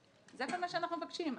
זה כל מה שאנחנו מבקשים.